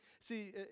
see